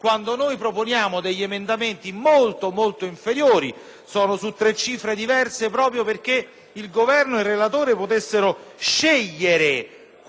su tre cifre diverse, proprio affinché il Governo e il relatore potessero scegliere quale carta utilizzare e giocare), hanno detto di no a tutto.